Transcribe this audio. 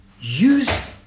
use